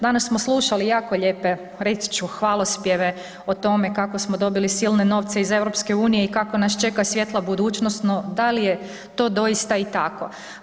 Danas smo slušali jako lijepe, reći ću hvalospjeve o tome kako smo dobili silne novce iz Europske unije i kako nas čeka svijetla budućnost, no da li je to doista i tako?